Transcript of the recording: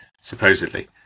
supposedly